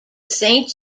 saint